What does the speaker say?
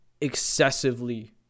excessively